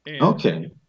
Okay